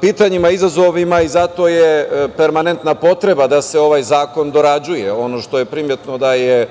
pitanjima, izazovima i zato je permanentna potreba da se ovaj zakon dorađuje. Ono što je primetno, da je